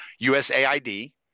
USAID